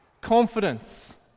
Confidence